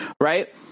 right